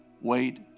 Wait